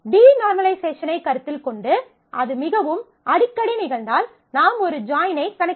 டீநார்மலைசேஷனைக் கருத்தில் கொண்டு அது மிகவும் அடிக்கடி நிகழ்ந்தால் நாம் ஒரு ஜாயினைக் கணக்கிட வேண்டும்